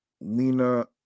Lena